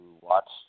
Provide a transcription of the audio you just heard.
watch